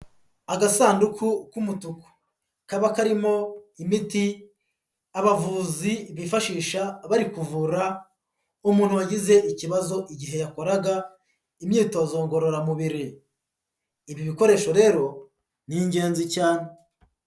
Agasanduku k'umutuku kaba karimo imiti abavuzi bifashisha bari kuvura umuntu wagize ikibazo igihe yakoraga imyitozo ngororamubiri, ibi bikoresho rero ni ingenzi cyane.